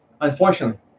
Unfortunately